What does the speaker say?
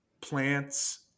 plants